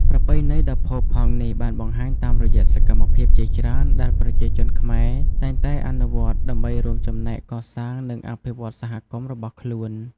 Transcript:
ប្រពៃណីដ៏ល្អផូរផង់នេះបានបង្ហាញតាមរយៈសកម្មភាពជាច្រើនដែលប្រជាជនខ្មែរតែងតែអនុវត្តន៍ដើម្បីរួមចំណែកកសាង និងអភិវឌ្ឍន៍សហគមន៍របស់ខ្លួន។